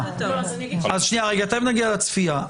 תיכף נגיע לצפייה.